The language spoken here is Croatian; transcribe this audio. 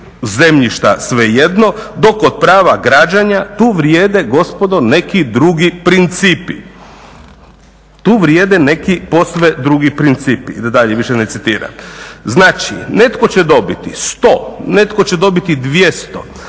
zemljišta svejedno, dok kod prava građenja tu vrijede gospodo neki drugi principi, tu vrijeme neki posve drugi principi da dalje više ne citiram. Znači, netko će dobiti 100, netko će dobiti 200,